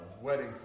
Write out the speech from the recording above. Wedding